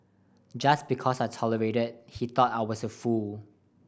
just because I tolerated he thought I was a fool